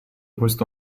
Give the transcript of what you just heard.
questo